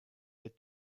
der